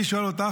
אני שואל אותך,